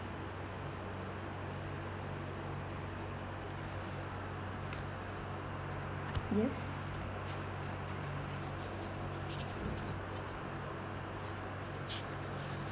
yes